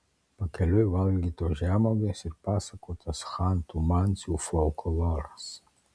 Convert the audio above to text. pakeliui valgytos žemuogės ir pasakotas chantų mansių folkloras